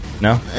No